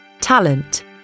talent